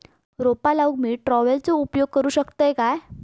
रोपा लाऊक मी ट्रावेलचो उपयोग करू शकतय काय?